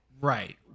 Right